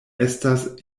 estas